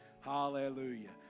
Hallelujah